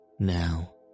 Now